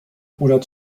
oder